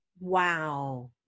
Wow